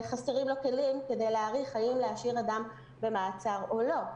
חסרים לו כלים כדי להעריך האם להשאיר אדם במעצר או לא.